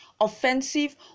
offensive